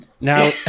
now